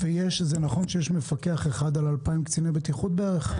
וזה נכון שיש מפקח אחד על 2,000 קציני בטיחות בערך?